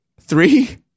three